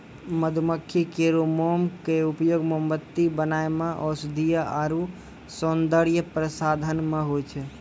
मधुमक्खी केरो मोम क उपयोग मोमबत्ती बनाय म औषधीय आरु सौंदर्य प्रसाधन म होय छै